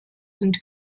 sind